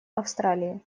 австралии